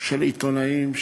של עיתונאים,